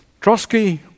Trotsky